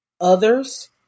others